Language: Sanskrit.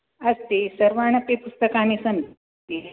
अस्ति सर्वाण्यपि पुस्तकानि सन्ति